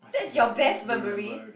that's your best memory